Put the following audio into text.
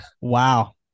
Wow